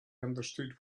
understood